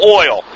oil